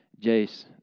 Jace